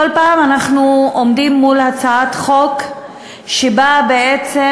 בכל פעם אנחנו עומדים מול הצעת חוק שבאה בעצם